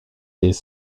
des